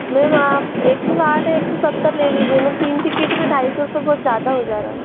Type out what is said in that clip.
ma'am आप एक सौ साठ एक सौ सत्तर ले लीजिए न तीन टिकेट पर ढाई सौ रुपये बहुत ज़्यादा हो जा रहा है